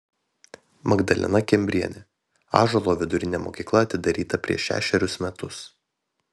magdalena kembrienė ąžuolo vidurinė mokykla atidaryta prieš šešerius metus